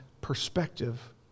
perspective